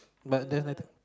but there's a